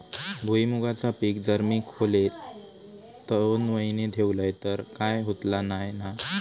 भुईमूगाचा पीक जर मी खोलेत दोन महिने ठेवलंय तर काय होतला नाय ना?